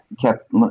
kept